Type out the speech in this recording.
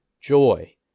joy